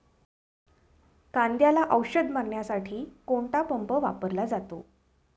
कांद्याला औषध मारण्यासाठी कोणता पंप वापरला जातो?